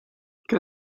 get